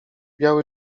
biały